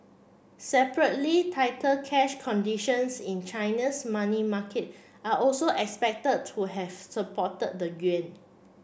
separately tighter cash conditions in China's money market are also expected to have supported the yuan